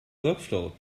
workflow